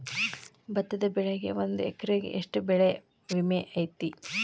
ಭತ್ತದ ಬೆಳಿಗೆ ಒಂದು ಎಕರೆಗೆ ಎಷ್ಟ ಬೆಳೆ ವಿಮೆ ಐತಿ?